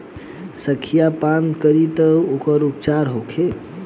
संखिया पान करी त का उपचार होखे?